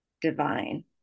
divine